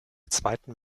zweiten